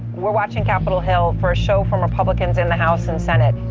we're watching capitol hill for a show from republicans in the house and senate.